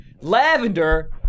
lavender